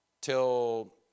Till